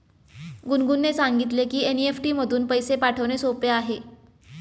गुनगुनने सांगितले की एन.ई.एफ.टी मधून पैसे पाठवणे सोपे आहे